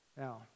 Now